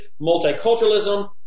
multiculturalism